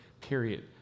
period